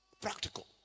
Practical